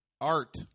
art